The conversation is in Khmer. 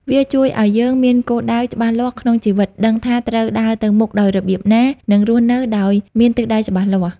វាជួយឱ្យយើង មានគោលដៅ ច្បាស់លាស់ក្នុងជីវិត ដឹងថាត្រូវដើរទៅមុខដោយរបៀបណា និងរស់នៅដោយមានទិសដៅច្បាស់លាស់។